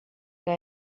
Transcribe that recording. que